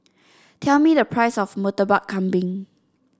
tell me the price of Murtabak Kambing